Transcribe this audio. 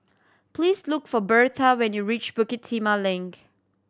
please look for Birtha when you reach Bukit Timah Link